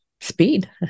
speed